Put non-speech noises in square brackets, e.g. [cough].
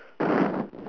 [breath]